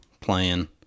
playing